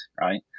right